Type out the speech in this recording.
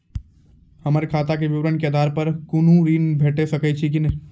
हमर खाता के विवरण के आधार प कुनू ऋण भेट सकै छै की?